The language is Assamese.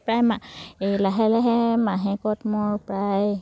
প্ৰায় মাহ এই লাহে লাহে মাহেকত মোৰ প্ৰায়